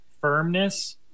firmness